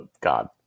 God